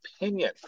opinion